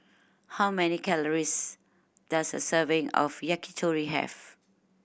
how many calories does a serving of Yakitori have